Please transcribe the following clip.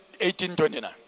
1829